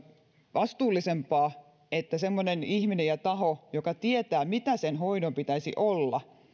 vastuullisempaa että semmoinen ihminen ja taho joka tietää mitä sen hoidon pitäisi olla